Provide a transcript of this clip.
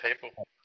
people